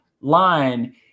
line